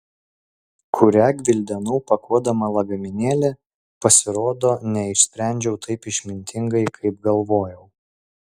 kurią gvildenau pakuodama lagaminėlį pasirodo neišsprendžiau taip išmintingai kaip galvojau